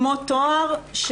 כמו טוהר,